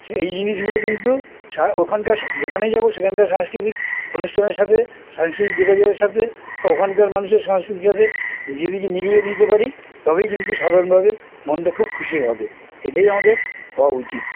সে এই জিনিসগুলো কিন্তু ওখানকার যেখানেই যাবো সেখানকার সাংস্কৃতিক অনুষ্ঠানের সাথে সাংস্কৃতিক যোগাযোগের সাথে ওখানকার মানুষের সাংস্কৃতির সাথে যদি নিজেকে মিলিয়ে নিতে পারি তবেই কিন্তু সাধারণভাবে মনটা খুব খুশি হবে এটাই আমাদের হওয়া উচিত